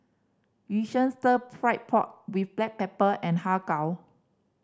Yu Sheng Stir Fried Pork With Black Pepper and Har Kow